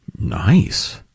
Nice